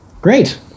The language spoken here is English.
Great